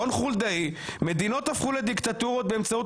רון חולדאי: מדינות הפכו לדיקטטורות באמצעות